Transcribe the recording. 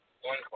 One